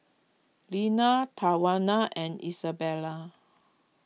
Lenna Tawana and Isabela